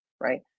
right